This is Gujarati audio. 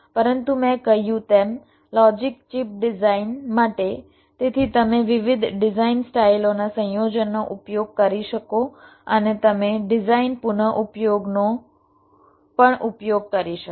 પરંતુ મેં કહ્યું તેમ લોજિક ચિપ ડિઝાઇન માટે જેથી તમે વિવિધ ડિઝાઇન સ્ટાઈલઓના સંયોજનનો ઉપયોગ કરી શકો અને તમે ડિઝાઇન પુનઃઉપયોગનો પણ ઉપયોગ કરી શકો